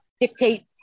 dictate